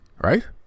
right